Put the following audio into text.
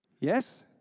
Yes